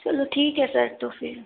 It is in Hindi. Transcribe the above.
चलो ठीक है सर तो फिर